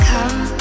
Come